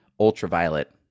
ultraviolet